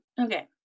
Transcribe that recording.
Okay